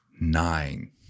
Nine